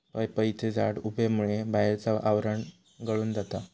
पपईचे झाड उबेमुळे बाहेरचा आवरण गळून जाता